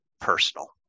personal